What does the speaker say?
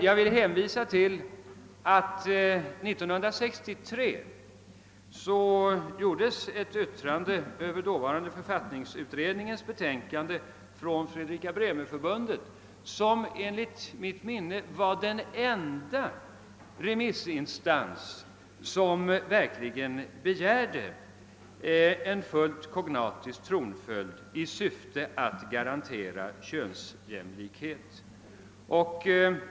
Jag vill dock hänvisa till att 1963 avgavs ett yttrande över den dåvarande författningsutredningens betänkande av Fredrika-Bremer-förbundet, som enligt mitt minne var den enda remissinstans som verkligen begärde en fullt kognatisk tronföljd i syfte att garantera könsjämlikhet.